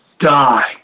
die